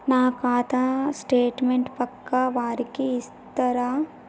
నా ఖాతా స్టేట్మెంట్ పక్కా వారికి ఇస్తరా?